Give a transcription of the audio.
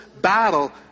battle